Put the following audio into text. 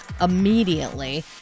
immediately